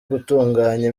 gutunganya